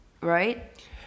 right